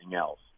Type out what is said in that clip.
else